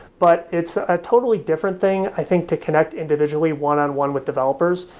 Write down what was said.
but it's a totally different thing i think, to connect individually one on one with developers,